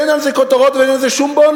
אין על זה כותרות, ואין על זה שום בונוס.